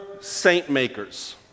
saint-makers